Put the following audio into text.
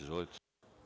Izvolite.